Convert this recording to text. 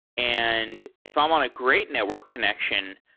and if i want a great network connection,